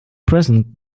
present